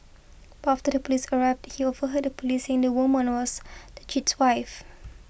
but after the police arrived he overheard the police saying the woman was the cheat's wife